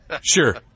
Sure